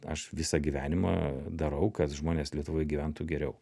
aš visą gyvenimą darau kad žmonės lietuvoj gyventų geriau